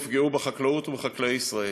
יפגעו בחקלאות ובחקלאי ישראל.